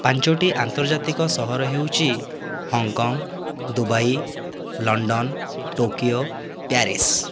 ପାଞ୍ଚଟି ଆନ୍ତର୍ଜାତିକ ସହର ହେଉଛି Hong Kong Dubai London Tokyo Paris